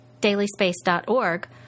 dailyspace.org